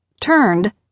turned